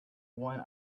one